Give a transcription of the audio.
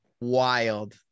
wild